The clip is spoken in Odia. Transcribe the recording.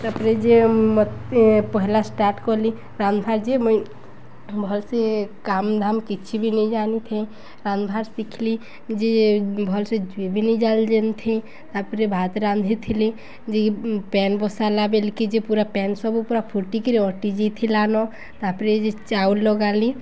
ତାପରେ ଯେ ମୋତେ ପହଲା ଷ୍ଟାର୍ଟ କଲି ରାନ୍ଧବାର୍ ଯେ ମୁଇଁ ଭଲସେ କମ୍ ଧାମ କିଛି ବି ନେଇ ଜାଣିଥାଏ ରାନ୍ଧବାର୍ ଶିଖିଲି ଯେ ଭଲସେ ବି ନେଇ ଜାଲ ଯେନ୍ ନ୍ଥେ ତାପରେ ଭାତ ରାନ୍ଧିଥିଲି ଯେ ପେନ୍ ବସାଲା ବେଲ କିି ଯେ ପୁରା ପେନ୍ ସବୁ ପୁରା ଫୁଟିକିରି ଅଟି ଯାଇଥିଲାନ ତାପରେ ଯେ ଚାଉଲ ଗାଲି